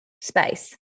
space